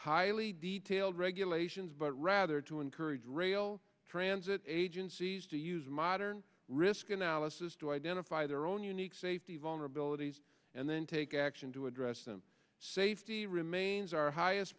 highly detailed regulations but rather to encourage rail transit agencies to use modern risk analysis to identify their own unique safety vulnerabilities and then take action to address them safety remains our highest